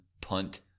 punt